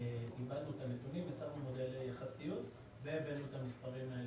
עיבדנו את הנתונים ושמנו מודל והבאנו את המספרים.